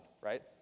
right